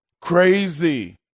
Crazy